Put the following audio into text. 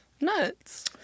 Nuts